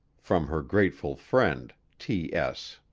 from her grateful friend, t. s.